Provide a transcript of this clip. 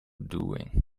doing